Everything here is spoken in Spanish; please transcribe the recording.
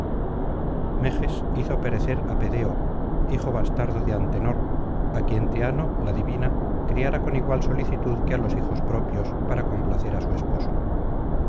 hizo perecer á pedeo hijo bastardo de antenor á quien teano la divina criara con igual solicitud que á los hijos propios para complacer á su esposo